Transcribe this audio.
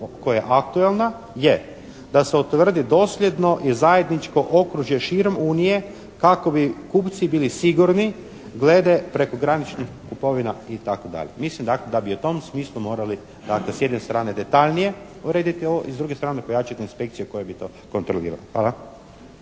koja je aktualna, jer da se utvrdi dosljedno i zajedničko okružje širom unije kako bi kupci bili sigurni glede prekograničnih kupovina itd. Mislim da bi dakle da bi u tom smislu morali dakle s jedne strane detaljnije urediti ovo i s druge strane pojačati inspekcije koje bi to kontrolirale. Hvala.